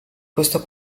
questo